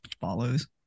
follows